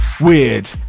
Weird